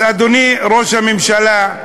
אז, אדוני ראש הממשלה,